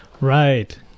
Right